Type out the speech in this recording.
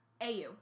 AU